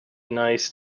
nice